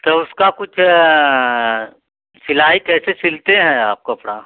तो उसका कुछ सिलाई कैसे सिलते हैं आप कपड़ा